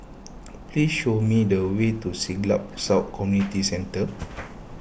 please show me the way to Siglap South Community Centre